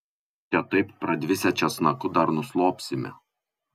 čia taip pradvisę česnaku dar nuslopsime